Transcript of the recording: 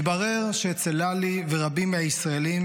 מתברר שאצל ללי ורבים מהישראלים,